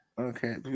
Okay